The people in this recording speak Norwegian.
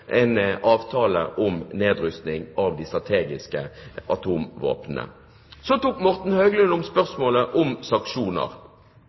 en avtale om nedrustning av de strategiske atomvåpnene er nært forestående. Morten Høglund tok opp spørsmålet om